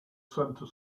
centre